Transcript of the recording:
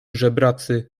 żebracy